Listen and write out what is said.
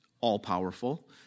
all-powerful